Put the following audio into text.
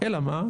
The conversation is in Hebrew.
אלא מה,